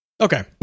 Okay